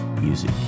music